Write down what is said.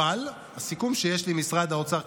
אבל הסיכום שיש לי עם משרד האוצר,